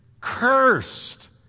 cursed